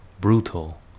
brutal